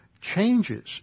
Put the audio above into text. changes